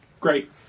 Great